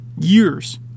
years